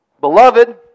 Beloved